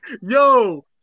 Yo